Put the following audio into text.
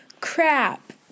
crap